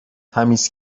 تمیز